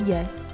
Yes